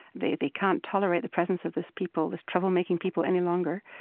they they can't tolerate the presence of this people, this troublemaking people any longer.